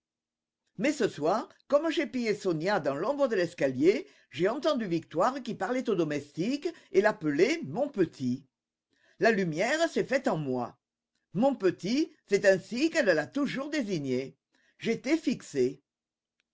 mais ce soir comme j'épiais sonia dans l'ombre de l'escalier j'ai entendu victoire qui parlait au domestique et l'appelait mon petit la lumière s'est faite en moi mon petit c'est ainsi qu'elle l'a toujours désigné j'étais fixé